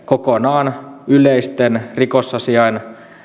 kokonaan yleisten rikosasiain